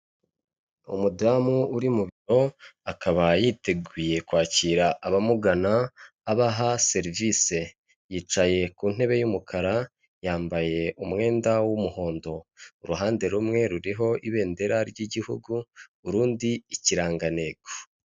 Umudamu uri mu biro, akaba yiteguye kwakira abamugana abaha serivisi. Yicaye ku ntebe y'umukara yambaye umwenda w'umuhondo. Uruhande rumwe ruriho ibendera ry'igihugu urundi ikirangantego.